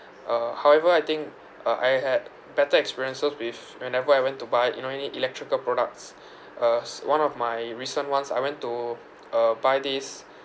uh however I think uh I had better experiences with whenever I went to buy you know any electrical products uh s~ one of my recent ones I went to uh buy this